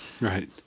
Right